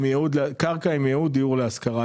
שתהיה קרקע עם ייעוד לדיור להשכרה.